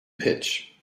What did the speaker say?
pitch